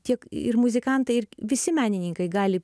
tiek ir muzikantai ir visi menininkai gali